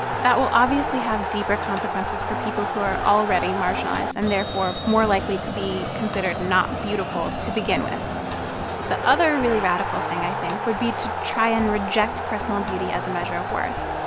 that will obviously have deeper consequences for people who are already marginalized and, therefore, more likely to be considered not beautiful to begin with the other really radical thing, i think, would be to try and reject personal beauty as a measure of worth.